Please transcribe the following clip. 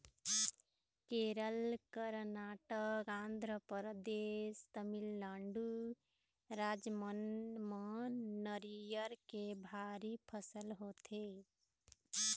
केरल, करनाटक, आंध्रपरदेस, तमिलनाडु राज मन म नरियर के भारी फसल होथे